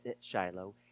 Shiloh